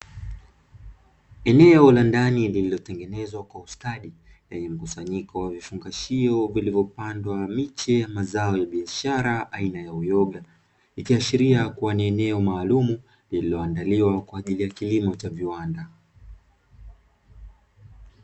Eneo la ndani lililotengenezwa kwa ustadi, lenye mkusanyiko wa vifungashio vilivyopandwa miche ya mazao ya bishara aina ya uyoga; ikiashiria kuwa ni eneo maalumu lililoandaliwa kwa ajili ya kilimo cha viwanda.